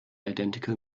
identical